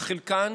אך חלקן